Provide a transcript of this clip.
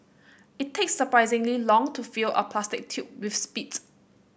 it takes surprisingly long to fill a plastic tube with spit